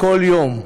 בכל יום,